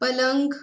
पलंग